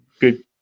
good